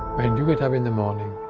and you get up in the morning,